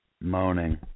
moaning